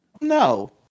No